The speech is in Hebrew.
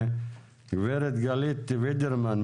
גב' גלית וידרמן,